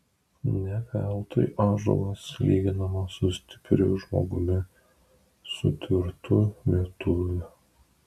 ne veltui ąžuolas lyginamas su stipriu žmogumi su tvirtu lietuviu